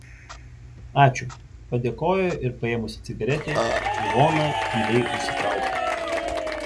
ačiū padėkojo ir paėmusi cigaretę ivona giliai užsitraukė